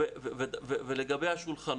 לגבי השולחנות.